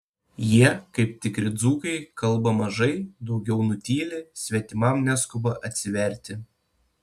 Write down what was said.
jie kaip tikri dzūkai kalba mažai daugiau nutyli svetimam neskuba atsiverti